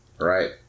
right